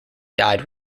died